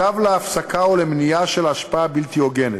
צו להפסקה או למניעה של השפעה בלתי הוגנת.